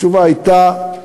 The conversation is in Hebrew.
התשובה הייתה: